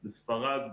בספרד,